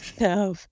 no